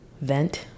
vent